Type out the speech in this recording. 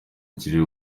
kirere